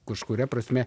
kažkuria prasme